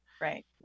Right